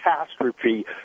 catastrophe